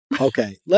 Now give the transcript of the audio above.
Okay